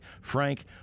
Frank